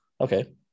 Okay